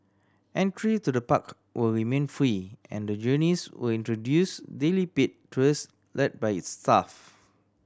entry to the park will remain free and Journeys will introduce daily paid tours led by its staff